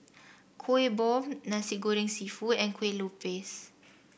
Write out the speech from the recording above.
Kuih Bom Nasi Goreng seafood and Kue Lupis